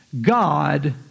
God